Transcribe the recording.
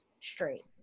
straight